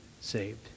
saved